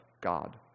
God